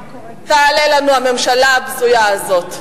תעלה לנו הממשלה הבזויה הזאת.